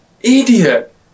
idiot